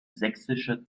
sächsische